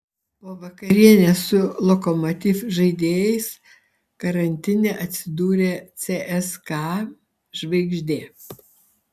po vakarienės su lokomotiv žaidėjais karantine atsidūrė cska žvaigždė